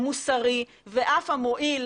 המוסרי ואף המועיל,